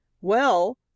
Well